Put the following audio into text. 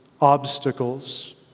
obstacles